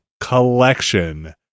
Collection